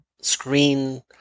screen